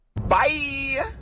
Bye